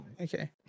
Okay